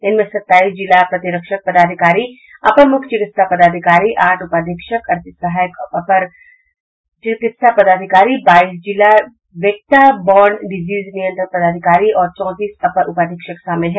इनमें सत्ताईस जिला प्रतिरक्षण पदाधिकारी सोलह अपर मुख्य चिकित्सा पदाधिकारी आठ उपाधीक्षक अड़तीस सहायक अपर चिकित्सा पदाधिकारी बाईस जिला वेक्टा बॉर्न डिजीज नियंत्रण पदाधिकारी और चौंतीस अपर उपाधीक्षक शामिल हैं